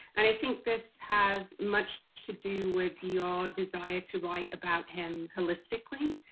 and i think this has much to do with your desire to write about him holistically,